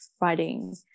writing